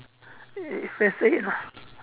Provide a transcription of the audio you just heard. uh it's the same ah